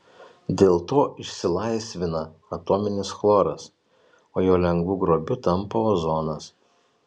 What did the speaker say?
dėl to išsilaisvina atominis chloras o jo lengvu grobiu tampa ozonas